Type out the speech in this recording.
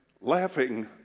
laughing